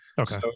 Okay